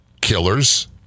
killers